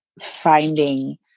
finding